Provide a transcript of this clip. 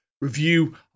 review